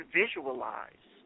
visualize